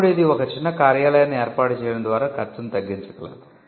అప్పుడు ఇది ఒక చిన్న కార్యాలయాన్ని ఏర్పాటు చేయడం ద్వారా ఖర్చును తగ్గించగలదు